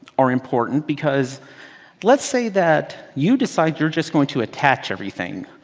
are important, because let's say that you decide you're just going to attach everything.